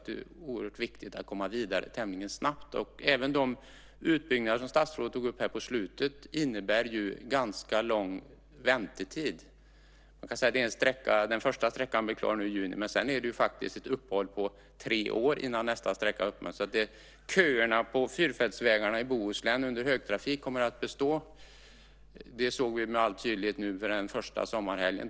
Det är oerhört viktigt att komma vidare tämligen snabbt. Även de utbyggnader som statsrådet tog upp på slutet innebär ganska lång väntetid. Den första sträckan blir klar nu i juni, men sedan är det ett uppehåll på tre år innan nästa öppnar. Köerna på fyrfältsvägarna i Bohuslän under högtrafik kommer att bestå. Detta såg vi med all tydlighet nu den första sommarhelgen.